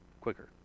quicker